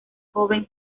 joven